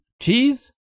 Cheese